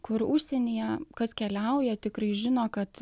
kur užsienyje kas keliauja tikrai žino kad